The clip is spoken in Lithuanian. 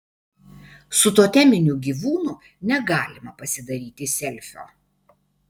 su toteminiu gyvūnu negalima pasidaryti selfio